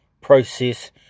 process